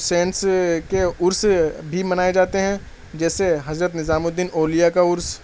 سنت کے عرس بھی منائے جاتے ہیں جیسے حضرت نظام الدین اولیا کا عرس